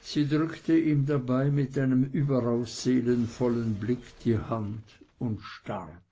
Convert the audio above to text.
sie drückte ihm dabei mit einem überaus seelenvollen blick die hand und starb